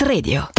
Radio